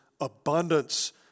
abundance